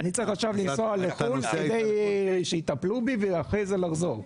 אני צריכה עכשיו לנסוע לחו"ל כדי שיטפלו בי ואחרי זה לחזור.